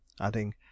adding